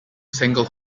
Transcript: single